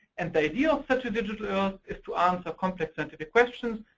and the idea of such a digital earth is to answer complex scientific questions.